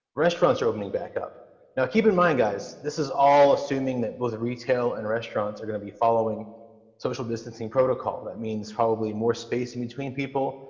restaurants are opening back up now keep in mind guys, this is all assuming that both retail and restaurants are going to be following social distancing protocol. that means probably more spacing between people,